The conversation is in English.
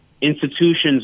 institutions